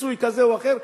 פיצוי כזה או אחר,